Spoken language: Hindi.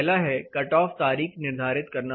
पहला है कट ऑफ तारीख निर्धारित करना